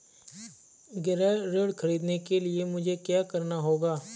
गृह ऋण ख़रीदने के लिए मुझे क्या करना होगा?